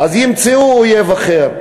אז ימצאו אויב אחר,